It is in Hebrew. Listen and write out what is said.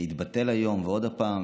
היום התבטל ועוד פעם,